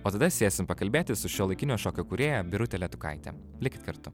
o tada sėsim pakalbėti su šiuolaikinio šokio kūrėja birute letukaite likit kartu